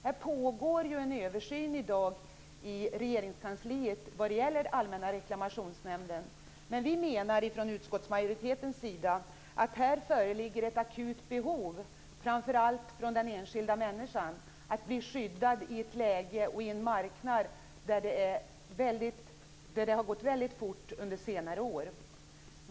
Här pågår en översyn i Regeringskansliet vad gäller Allmänna reklamationsnämnden, men vi menar i utskottsmajoriteten att det föreligger ett akut behov, framför allt från den enskilda människan, att bli skyddad på en marknad där det har gått väldigt fort under senare år.